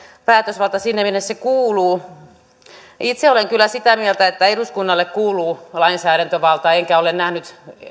päätösvalta sinne minne se kuuluu itse olen kyllä sitä mieltä että eduskunnalle kuuluu lainsäädäntövalta enkä ole nähnyt